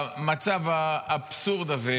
המצב האבסורד הזה